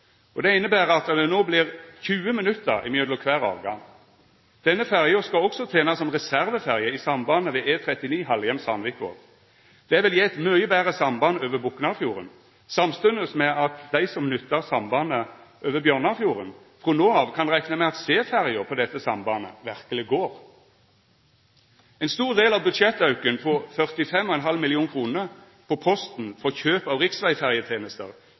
og det inneber at det no vert 20 minutt mellom kvar avgang. Denne ferja skal også tena som reserveferje i sambandet ved E39 Halhjem–Sandvikvåg. Det vil gje eit mykje betre samband over Boknafjorden, samstundes med at dei som nyttar sambandet over Bjørnafjorden, frå no av kan rekna med at C-ferja på dette sambandet verkeleg går. Ein stor del av budsjettauken på 45,5 mill. kr på posten for kjøp av riksvegferjetenester